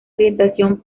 orientación